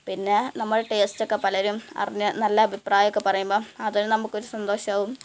പിന്നെ നമ്മൾ ടേസ്റ്റ് ഒക്കെ പലരും അറിഞ്ഞ് നല്ല അഭിപ്രായം ഒക്കെ പറയുമ്പം അത് നമുക്കൊരു സന്തോഷമാവും